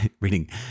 reading